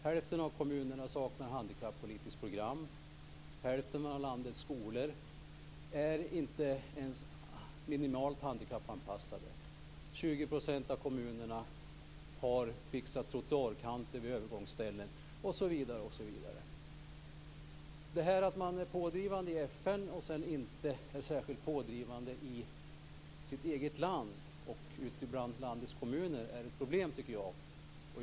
Hälften av kommunerna saknar handikappolitiskt program. Hälften av landets skolor är inte ens minimalt handikappanpassade. 20 % av kommunerna har fixat troattoarkanterna vid övergångsställen, osv. Att man är pådrivande i FN men sedan inte är pådrivande i sitt eget land och i landets kommuner tycker jag är ett probelm.